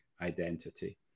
identity